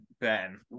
Ben